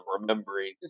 remembering